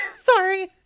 sorry